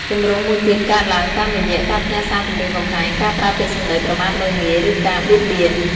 ទម្រង់មួយទៀតកើតឡើងតាមរយៈ ការផ្ញើសារគំរាមកំហែង ការប្រើពាក្យសំដីប្រមាថមើលងាយ ឬការបៀតបៀន។